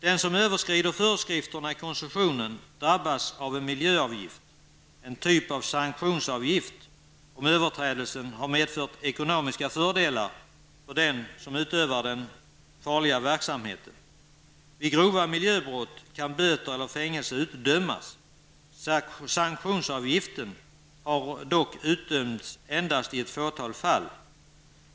Den som överskrider föreskrifterna i koncessionen drabbas av en miljöskyddsavgift, en typ av sanktionsavgift, om överträdelsen har medfört ekonomiska fördelar för den som utövar den miljöfarliga verksamheten. Vid grova miljöbrott kan böter eller fängelse utdömas. Sanktionsavgiften har dock utdömts endast i ett fåtal fall.